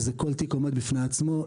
אז ז כל תיק עומד בפני עצמו.